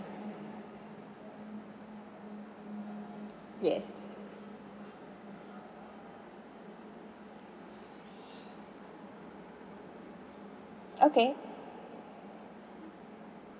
yes okay